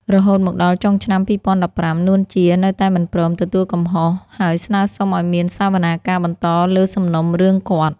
រហូតមកដល់ចុងឆ្នាំ២០១៥ នួន ជា នៅតែមិនព្រម ទទួលកំហុស ហើយស្នើរសុំឱ្យមានសាវនាការបន្តលើសំណុំរឿងគាត់។